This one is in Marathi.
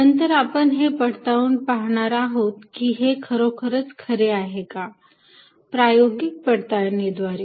नंतर आपण हे पडताळून पाहणार आहोत की हे खरोखरच खरे आहे का प्रायोगिक पडताळणी द्वारे